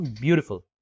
beautiful